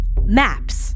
Maps